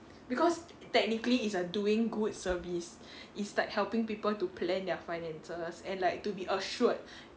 because technically is a doing good service is like helping people to plan their finances and like to be assured